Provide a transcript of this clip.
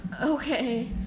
okay